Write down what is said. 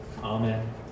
Amen